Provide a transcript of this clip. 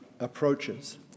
approaches